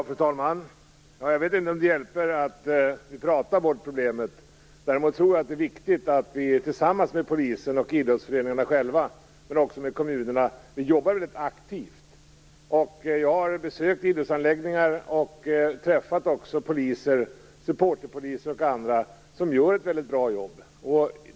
Fru talman! Jag vet inte om det hjälper att prata bort problemet. Däremot tror jag att det är viktigt att vi tillsammans med polisen och idrottsföreningarna själva men också med kommunerna jobbar rätt aktivt. Jag har besökt idrottsanläggningar och också träffat supporterpoliser och andra som gör ett väldigt bra jobb.